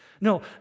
No